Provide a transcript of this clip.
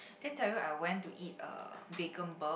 did I tell you I went to eat uh VeganBurg